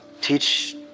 teach